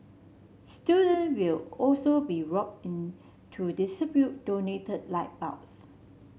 student will also be rope in to donated light bulbs